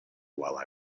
while